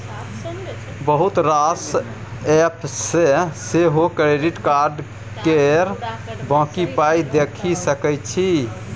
बहुत रास एप्प सँ सेहो क्रेडिट कार्ड केर बाँकी पाइ देखि सकै छी